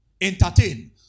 Entertain